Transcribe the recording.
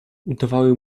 udawały